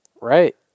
right